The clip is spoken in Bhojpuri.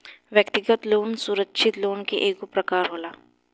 व्यक्तिगत लोन सुरक्षित लोन के एगो प्रकार होला